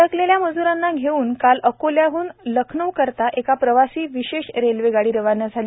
अडकलेल्या मज्रांना घेऊन काल अकोल्याहन लखनऊ करिता एक प्रवासी विशेष रेल्वे गाडी रवाना झाली